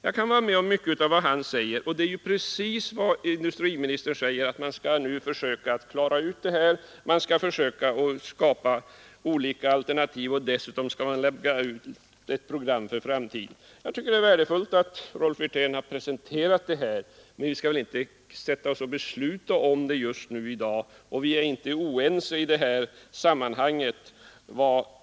Jag kan hålla med herr Wirtén i mycket, och industriministern säger också att man skall försöka skapa olika alternativ. Dessutom skall man välja ut ett program för framtiden. Det är värdefullt att Rolf Wirtén nu räknat upp dessa möjligheter. Men vi skall ju inte besluta om detta i dag och vi är inte heller oense i det här sammanhanget.